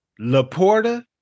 Laporta